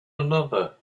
another